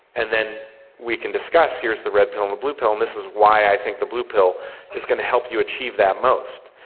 and then we can discuss here's the red pill and the blue pill and this is why i think the blue pill is going to help you achieve that most.